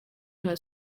nta